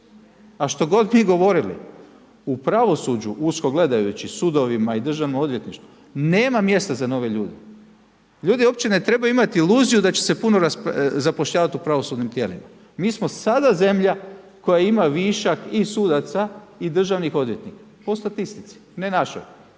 A što god mi govorili u pravosuđu, usko gledajući sudovima i državno odvjetništvo, nema mjesta za nove ljude. Ljudi uopće ne trebaju imat iluziju da će se puno zapošljavat u pravosudnim tijelima. Mi smo sada zemlja koja ima višak i sudaca i državnih odvjetnika, po statistici, ne našoj,